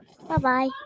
Bye-bye